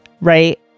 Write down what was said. right